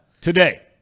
Today